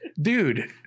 Dude